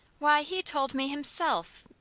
why, he told me him self!